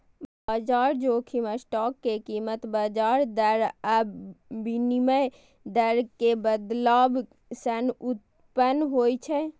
बाजार जोखिम स्टॉक के कीमत, ब्याज दर आ विनिमय दर मे बदलाव सं उत्पन्न होइ छै